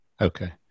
Okay